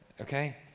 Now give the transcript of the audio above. okay